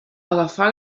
agafà